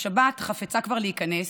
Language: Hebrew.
השבת חפצה כבר להיכנס,